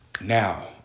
Now